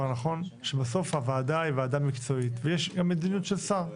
שבסוף הוועדה היא ועדה מקצועית ויש מדיניות של שר,